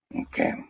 Okay